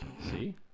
See